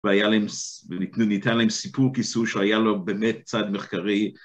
‫וניתן להם סיפור כיסוי ‫שהיה לו באמת צד מחקרי.